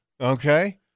Okay